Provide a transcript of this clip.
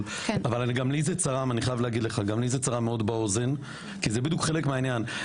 אבל גם לי זה צרם מאוד באוזן כי זה בדיוק חלק מהעניין,